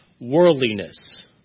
worldliness